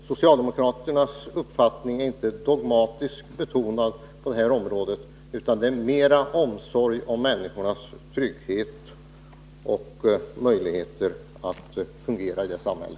Socialdemokraternas uppfattning på detta område är inte dogmatiskt betingad, utan det gäller mera omsorgen om människornas trygghet och möjligheter att fungera i vårt samhälle.